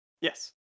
Yes